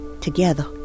together